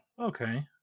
okay